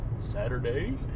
Saturday